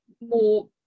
more